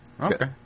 Okay